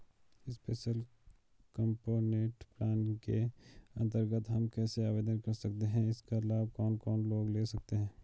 Special component plan के अन्तर्गत हम कैसे आवेदन कर सकते हैं इसका लाभ कौन कौन लोग ले सकते हैं?